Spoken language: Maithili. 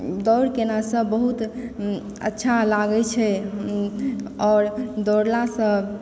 दौड़ केलासंँ बहुत अच्छा लागए छै आओर दौड़लासंँ